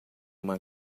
uma